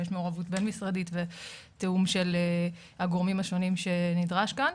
ויש מעורבות בין-משרדית ותיאום של הגורמים השונים שנדרש כאן.